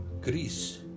Greece